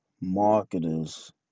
marketers